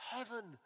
Heaven